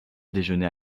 déjeuner